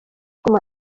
com